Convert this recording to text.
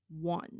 one